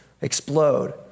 explode